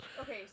Okay